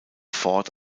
ford